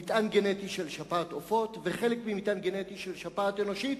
מטען גנטי של שפעת עופות וחלק ממטען גנטי של שפעת אנושית.